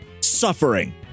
suffering